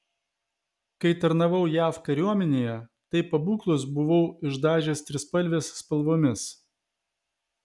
kai tarnavau jav kariuomenėje tai pabūklus buvau išdažęs trispalvės spalvomis